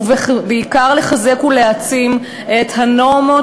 ובעיקר לחזק ולהעצים את הנורמות